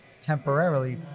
temporarily